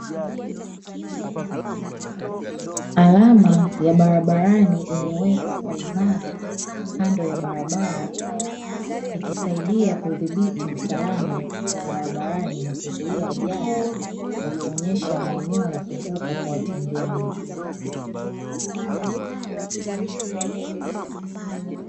Alama ya barabarani imewekwa kwa imara kando ya barabara, ikisaidia kudhibiti usalama wa barabarani na kuzuia ajali kwa kuonyesha maneno ya kuvuka kwa watembea kwa miguu.